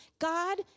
God